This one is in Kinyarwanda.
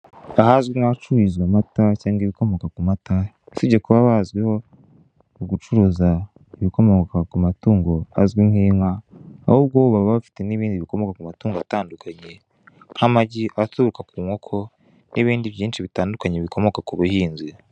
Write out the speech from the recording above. Ahazwi nkahacururizwa amata cyangwa ibikomoka kumata usibye kuba bazwiho gucuruza ibikomoka kumatungo azwi nk'inka ahubwo baba bafite nibindi bikomoka kumatungo atandukanye nkamagi aturuka kunkoko nibindi byinshi bitandukanye bikomoka kubuhinzi.